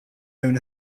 own